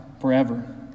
forever